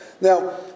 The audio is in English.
Now